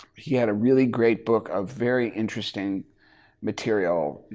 he had a really great book of very interesting material.